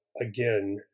again